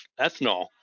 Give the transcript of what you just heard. ethanol